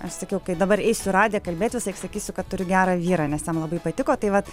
aš sakiau kai dabar su radija kalbėti visąlaik sakysiu kad turiu gerą vyrą nes jam labai patiko tai vat